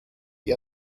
die